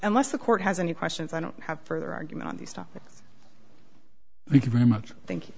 unless the court has any questions i don't have further argument on these topics thank